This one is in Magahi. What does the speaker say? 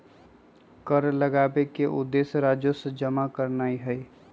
कर लगाबेके उद्देश्य राजस्व जमा करनाइ हइ